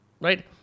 Right